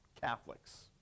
Catholics